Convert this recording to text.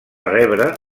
rebre